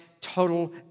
Total